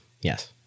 Yes